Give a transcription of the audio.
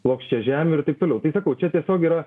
plokščiažemiu ir taip toliau tai sakau čia tiesiog yra